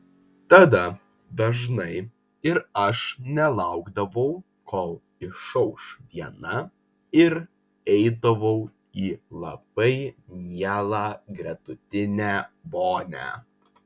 tada dažnai ir aš nelaukdavau kol išauš diena ir eidavau į labai mielą gretutinę vonią